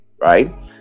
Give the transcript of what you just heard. right